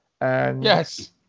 Yes